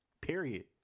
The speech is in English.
Period